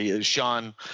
Sean